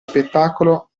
spettacolo